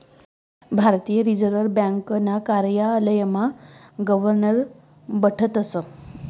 भारतीय रिजर्व ब्यांकना कार्यालयमा गवर्नर बठतस